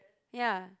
ya